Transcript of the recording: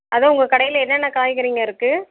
அதுதான் உங்கள் கடையில் என்னென்ன காய்கறிங்க இருக்குது